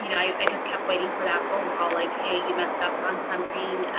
you know i just kept waiting for that phone call like hey you messed up on something